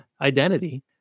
identity